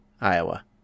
Iowa